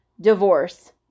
Divorce